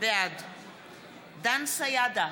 בעד דן סידה,